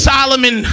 Solomon